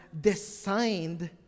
designed